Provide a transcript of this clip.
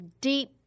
deep